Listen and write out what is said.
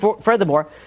furthermore